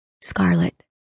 Scarlet